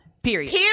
Period